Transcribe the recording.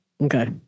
Okay